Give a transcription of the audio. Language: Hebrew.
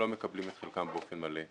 לא מקבלים את חלקם באופן מלא.